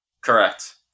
Correct